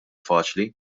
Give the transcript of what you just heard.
faċli